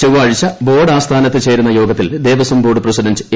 ചൊവ്വാഴ്ച ബോർഡ് ആസ്ഥാനത്ത് ചേരുന്ന് യോഗത്തിൽ ദേവസ്വം ബോർഡ് പ്രസിഡന്റ് എ